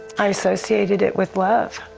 i associated it with love.